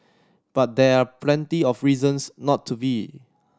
but there are plenty of reasons not to be